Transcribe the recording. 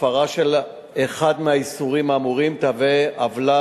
הפרה של אחד מהאיסורים האמורים תהווה עוולה